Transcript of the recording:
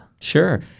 Sure